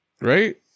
Right